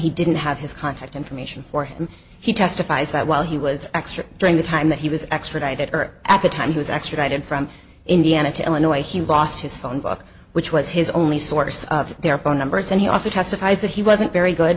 he didn't have his contact information for him he testifies that while he was extra during the time that he was extradited or at the time he was extradited from indiana to illinois he lost his phone book which was his only source of their phone numbers and he also testifies that he wasn't very good